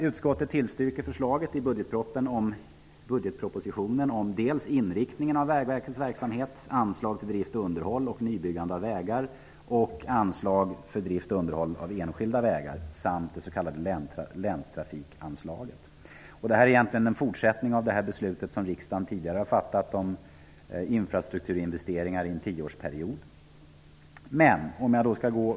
Utskottet tillstyrker förslaget i budgetpropositionen om inriktningen av Detta är egentligen en fortsättning på det beslut som riksdagen tidigare har fattat om infrastrukturinvesteringar under en tioårsperiod.